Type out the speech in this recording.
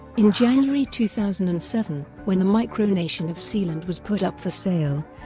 in january two thousand and seven, when the micronation of sealand was put up for sale,